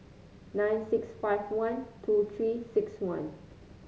nine six five one two Three six one